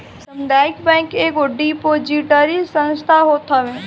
सामुदायिक बैंक एगो डिपोजिटरी संस्था होत हवे